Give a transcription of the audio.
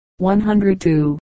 102